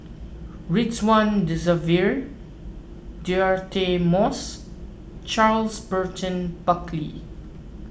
Ridzwan Dzafir Deirdre Moss Charles Burton Buckley